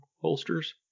holsters